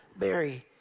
Mary